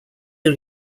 who